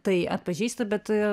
tai atpažįsta bet